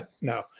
no